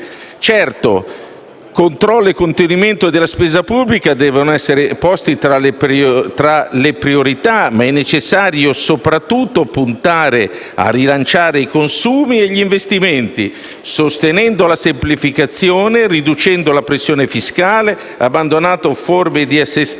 Certo, controllo e contenimento della spesa pubblica devono essere posti tra le priorità, ma è necessario soprattutto puntare a rilanciare i consumi e gli investimenti, sostenendo la semplificazione, riducendo la pressione fiscale, abbandonando forme di assistenzialismo,